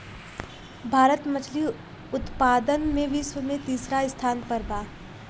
भारत मछली उतपादन में विश्व में तिसरा स्थान पर बा